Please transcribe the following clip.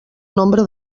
nombre